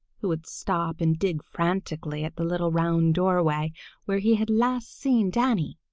who would stop and dig frantically at the little round doorway where he had last seen danny.